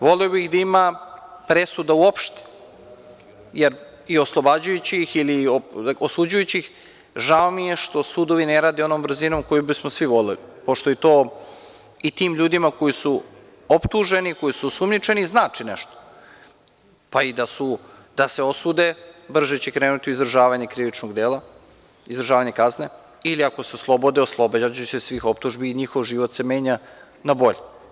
Voleo bih da ima presuda uopšte, jer i oslobađajućih ili osuđujućih, žao mi je što sudovi ne rade onom brzinom kojom bismo svi voleli, pošto je to i tim ljudima koji su optuženi, koji su osumnjičeni znači nešto, pa i da se osude brže će krenuti u izdržavanje krivičnog dela, izdržavanje kazne ili ako se oslobode oslobađaće se svih optužbi i njihov život se menja na bolje.